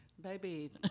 baby